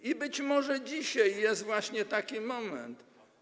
I być może dzisiaj jest właśnie taki moment.